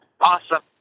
Awesome